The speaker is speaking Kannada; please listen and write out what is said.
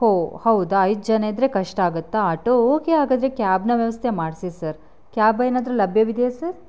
ಓಹ್ ಹೌದಾ ಐದು ಜನ ಇದ್ದರೆ ಕಷ್ಟ ಆಗುತ್ತಾ ಆಟೋ ಓಕೆ ಹಾಗಾದರೆ ಕ್ಯಾಬ್ನ ವ್ಯವಸ್ಥೆ ಮಾಡಿಸಿ ಸರ್ ಕ್ಯಾಬ್ ಏನಾದರೂ ಲಭ್ಯವಿದೆಯಾ ಸರ್